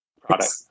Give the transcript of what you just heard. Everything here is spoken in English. product